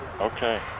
Okay